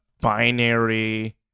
binary